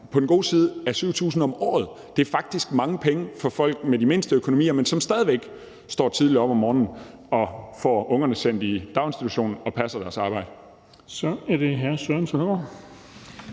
på den gode side af 7.000 kr. om året. Det er faktisk mange penge for folk med de mindste økonomier, som stadig væk står tidligt op om morgenen og får ungerne sendt i daginstitution og passer deres arbejde. Kl. 14:46 Den fg.